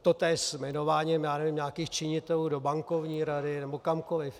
Totéž s jmenováním, já nevím, nějakých činitelů do bankovní rady nebo kamkoliv.